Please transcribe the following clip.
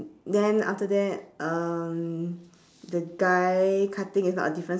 then after that um the guy cutting is not a difference